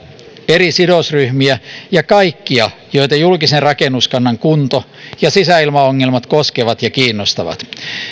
eri sidosryhmiä ja kaikkia joita julkisen rakennuskannan kunto ja sisäilmaongelmat koskevat ja kiinnostavat